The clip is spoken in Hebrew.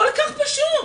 כל כך פשוט.